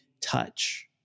touch